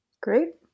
Great